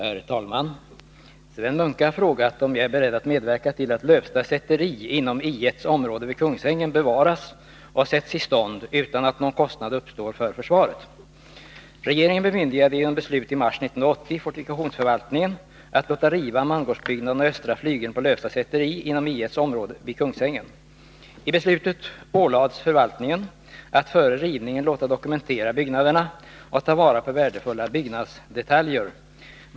Herr talman! Sven Munke har frågat om jag är beredd att medverka till att Lövsta säteri inom I 1:s område vid Kungsängen bevaras och sätts i stånd utan att någon kostnad uppstår för försvaret. Regeringen bemyndigade genom beslut i mars 1980 fortifikationsförvaltningen att låta riva mangårdsbyggnaden och östra flygeln på Lövsta säteri inom I 1:s område vid Kungsängen. I beslutet ålades förvaltningen att före rivningen låta dokumentera byggnaderna och ta vara på värdefulla byggnadsdetaljer.